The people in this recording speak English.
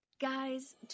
Guys